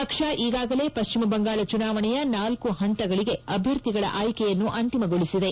ಪಕ್ಷ ಈಗಾಗಲೇ ಪಶ್ಚಿಮ ಬಂಗಾಳ ಚುನಾವಣೆಯ ನಾಲ್ಲು ಪಂತಗಳಿಗೆ ಅಭ್ಯರ್ಥಿಗಳ ಆಯ್ಲೆಯನ್ನು ಅಂತಿಮಗೊಳಿಸಿದೆ